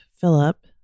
Philip